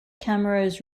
cameras